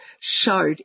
showed